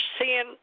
seeing